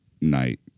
night